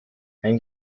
ein